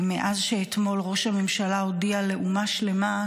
מאז שאתמול ראש הממשלה הודיע לאומה שלמה,